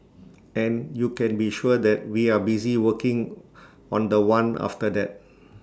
and you can be sure that we are busy working on The One after that